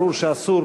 ברור שאסור